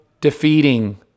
defeating